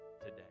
today